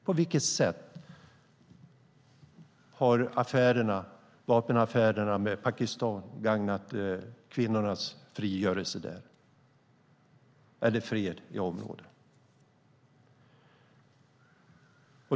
På vilket sätt har vapenaffärerna med Pakistan gagnat kvinnornas frigörelse där eller freden i området?